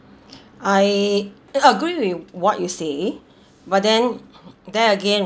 I agree with what you say but then then again